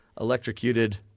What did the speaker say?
electrocuted